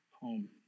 home